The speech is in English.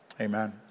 Amen